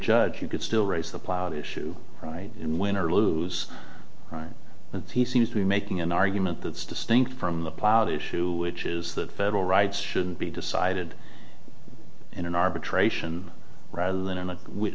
judge you could still raise the ploughed issue right win or lose right and he seems to be making an argument that's distinct from the plowed issue which is that federal rights should be decided in an arbitration rather than in a with